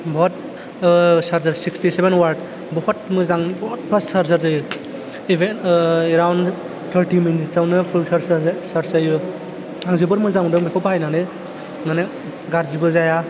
बुहुत charger sixty seven watt बुहुत मोजां बुहुत फार्स्ट चार्जार जायो इभेन एराउन्ड थार्टि मिनिटस आवनो फुल चार्ज जायो आं जोबोर मोजां मोन्दों बेखौ बाहायनानै मानि गाज्रिबो जाया